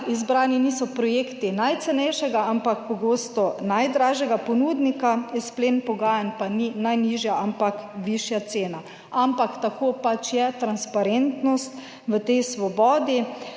Izbrani niso projekti najcenejšega, ampak pogosto najdražjega ponudnika, izplen pogajanj pa ni najnižja, ampak višja cena. Ampak tako pač je transparentnost v tej Svobodi,